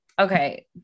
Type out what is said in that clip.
Okay